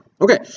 Okay